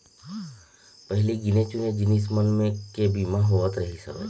पहिली गिने चुने जिनिस मन के बीमा होवत रिहिस हवय